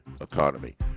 economy